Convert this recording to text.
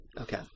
okay